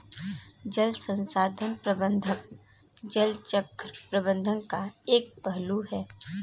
जल संसाधन प्रबंधन जल चक्र प्रबंधन का एक पहलू है